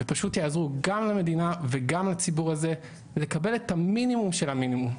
ופשוט יעזרו גם למדינה וגם לציבור הזה לקבל את המינימום של המינימום,